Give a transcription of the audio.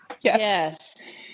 Yes